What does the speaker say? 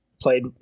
played